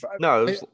No